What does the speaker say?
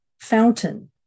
fountain